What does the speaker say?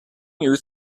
new